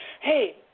Hey